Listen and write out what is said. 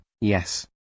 yes